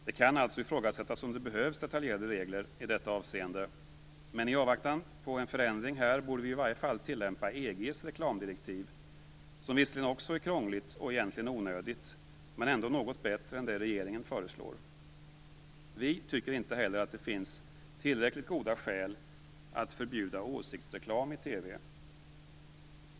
Det kan alltså ifrågasättas om det behövs detaljerade regler i detta avseende, men i avvaktan på detta borde vi i varje fall tillämpa EG:s reklamdirektiv, som visserligen också är krångligt och egentligen onödigt men ändå något bättre än det regeringen föreslår. Vi tycker inte heller att det finns tillräckligt goda skäl att förbjuda åsiktsreklam i TV.